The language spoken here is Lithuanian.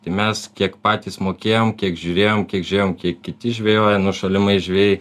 tai mes kiek patys mokėjom kiek žiūrėjom kiek žiūrėjom kiek kiti žvejoja nu šalimais žvejai